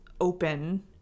open